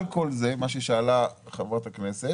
על כל זה, מה ששאלה חברת הכנסת